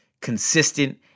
consistent